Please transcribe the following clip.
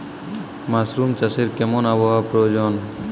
Mushroom চাষে কেমন আবহাওয়ার প্রয়োজন?